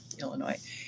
Illinois